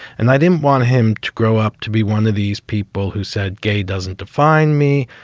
and i didn't want him to grow up to be one of these people who said, gay doesn't define me.